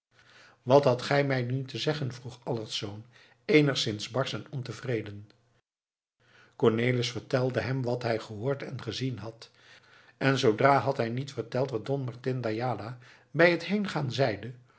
wat hadt gij me nu te zeggen vroeg allertsz eenigszins barsch en ontevreden cornelis vertelde hem wat hij gehoord en gezien had en zoodra had hij niet verteld wat don martin d'ayala bij het heengaan zeide